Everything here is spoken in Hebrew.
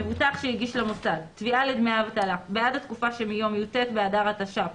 מבוטח שהגיש למוסד תביעה לדמי אבטלה בעד התקופה שמיום י"ט באדר התש"ף